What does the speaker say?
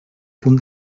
punt